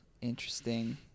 interesting